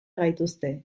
gaituzte